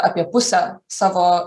apie pusę savo